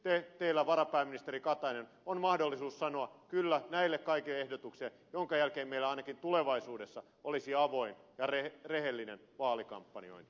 nyt teillä varapääministeri katainen on mahdollisuus sanoa kyllä näille kaikille ehdotuksille minkä jälkeen meillä ainakin tulevaisuudessa olisi avoin ja rehellinen vaalikampanjointi